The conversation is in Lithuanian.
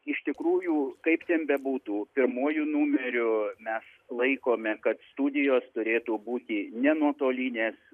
iš tikrųjų kaip ten bebūtų pirmuoju numeriu mes laikome kad studijos turėtų būti nenutolinės